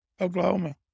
Oklahoma